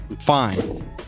Fine